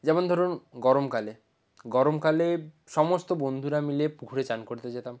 যেমন ধরুন গরমকালে গরমকালে সমস্ত বন্ধুরা মিলে পুকুরে চান করতে যেতাম